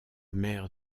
mère